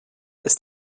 ist